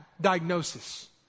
diagnosis